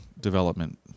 development